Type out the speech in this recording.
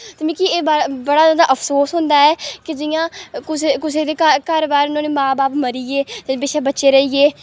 ते मिगी एह् बड़ा जादा अफसोस होंदा ऐ कि जि'यां कुसै कुसै दे घर बाह्र मां ब'ब्ब मरिये ते पिच्छें बच्चे रेहिये